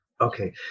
Okay